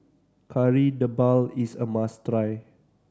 Kari Debal is a must try